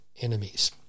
enemies